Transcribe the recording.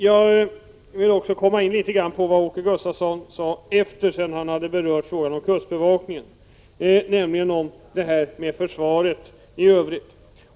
Jag vill också ta upp vad Åke Gustavsson sade om försvaret i övrigt.